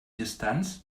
distanz